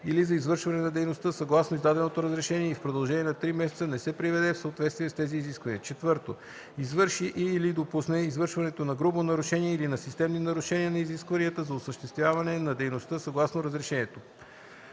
или за извършване на дейността съгласно издаденото разрешение и в продължение на три месеца не се приведе в съответствие с тези изисквания; 4. извърши и/или допусне извършването на грубо нарушение или на системни нарушения на изискванията за осъществяване на дейността съгласно разрешението.”;